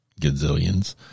gazillions